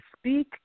speak